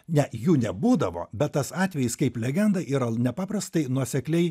ne jų nebūdavo bet tas atvejis kaip legenda yra nepaprastai nuosekliai